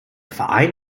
verein